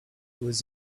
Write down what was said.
was